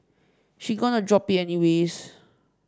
she gonna drop it anyways